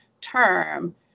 term